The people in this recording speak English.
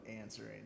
answering